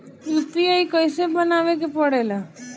UPI कइसे बनावे के परेला?